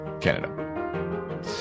Canada